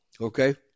okay